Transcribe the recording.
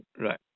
Right